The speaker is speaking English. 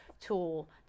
tool